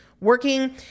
working